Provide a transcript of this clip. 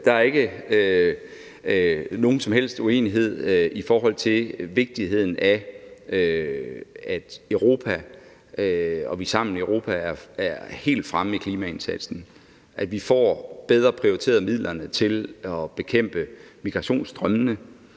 Der er ikke nogen som helst uenighed i forhold til vigtigheden af, at vi sammen i Europa er helt fremme i klimaindsatsen, at vi får midlerne bedre prioriteret til at bekæmpe migrationsstrømmene,